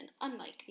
Unlikely